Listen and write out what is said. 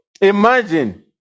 imagine